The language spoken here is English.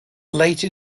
later